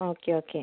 okay okay